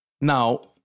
Now